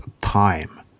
time